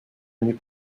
nuit